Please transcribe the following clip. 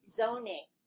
zoning